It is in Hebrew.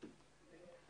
עוד נציגים